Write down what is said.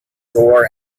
door